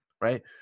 Right